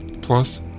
Plus